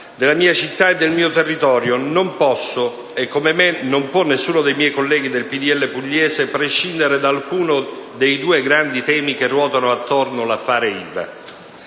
della mia città e del mio territorio. Non posso, e come me non può nessuno dei miei colleghi del PdL pugliese, prescindere da alcuno dei due grandi temi che ruotano attorno l'*affaire*